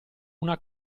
una